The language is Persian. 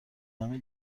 همین